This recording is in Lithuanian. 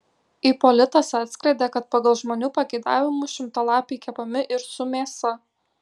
ipolitas atskleidė kad pagal žmonių pageidavimus šimtalapiai kepami ir su mėsa